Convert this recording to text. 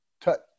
touch